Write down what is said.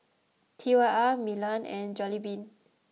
T Y R Milan and Jollibean